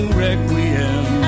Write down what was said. requiem